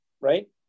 right